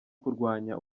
kurwanya